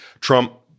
Trump